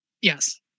Yes